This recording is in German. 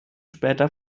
später